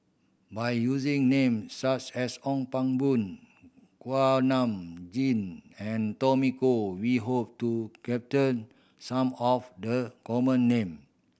by using name such as Ong Pang Boon Kuak Nam Jin and Tommy Koh we hope to capter some of the common name